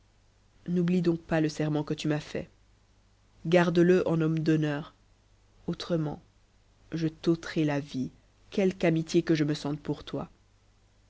n'oublie donc pas le serment que tu m'as fait garde-le en homme d'honneur autrement je t'ôterai la vie quelque amitié que je me sente pour toi